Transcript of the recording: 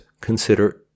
consider